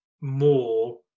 more